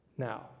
Now